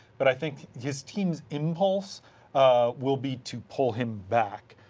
but i think his team's impulse will be to pull him back,